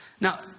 Now